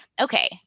okay